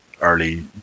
early